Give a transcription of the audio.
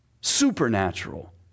supernatural